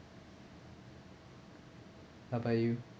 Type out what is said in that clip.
how about you